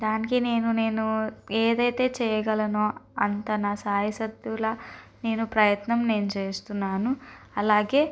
దానికి నేను నేను ఏదైతే చెయ్యగలనో అంత నా సాయ శక్తులా నేను ప్రయత్నం నేను చేస్తున్నాను అలాగే